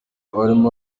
abarimu